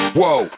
Whoa